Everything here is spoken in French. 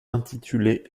intitulée